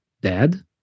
dead